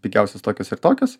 pigiausios tokios ir tokios